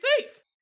safe